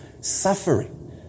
suffering